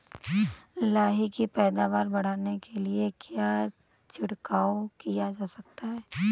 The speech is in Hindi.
लाही की पैदावार बढ़ाने के लिए क्या छिड़काव किया जा सकता है?